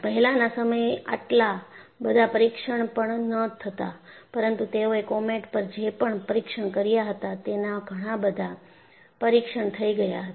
પહેલાના સમયે આટલા બધા પરીક્ષણ પણ ન થતા પરંતુ તેઓએ કોમેટ પર જે પણ પરીક્ષણ કર્યા હતા તેના ઘણા બધા પરીક્ષણ થઈ ગયા હતા